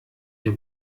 ihr